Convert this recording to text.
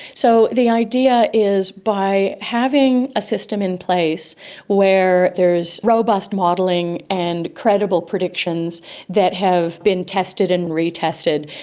so the idea is by having a system in place where there is robust modelling and credible predictions that have been tested and retested,